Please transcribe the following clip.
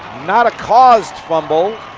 not a caused fumble,